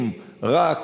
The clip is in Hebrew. אם רק